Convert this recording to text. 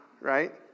right